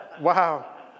Wow